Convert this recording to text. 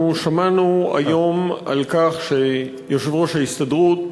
אנחנו שמענו היום שיושב-ראש ההסתדרות